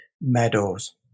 meadows